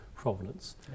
Provenance